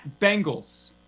Bengals